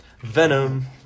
Venom